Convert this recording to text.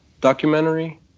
documentary